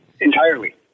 Entirely